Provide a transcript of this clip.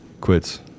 Quits